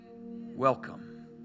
welcome